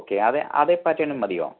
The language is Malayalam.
ഓക്കെ അതേ അതേ പാറ്റേൺ മതിയോ